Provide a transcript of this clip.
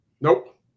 Nope